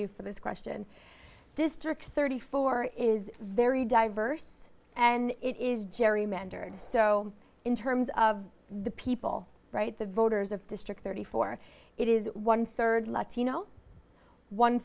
you for this question district thirty four is very diverse and it is gerrymandered so in terms of the people right the voters of district thirty four it is one third latino one